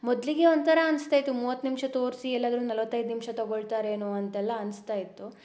ಮೊದಲಿಗೆ ಒಂಥರ ಅನಿಸ್ತಾ ಇತ್ತು ಮೂವತ್ತು ನಿಮಿಷ ತೋರಿಸಿ ಎಲ್ಲಾದರೂ ನಲ್ವತ್ತೈದು ನಿಮಿಷ ತೊಗೊಳ್ತಾರೇನೋ ಅಂತೆಲ್ಲ ಅನಿಸ್ತಾ ಇತ್ತು